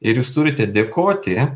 ir jūs turite dėkoti